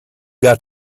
got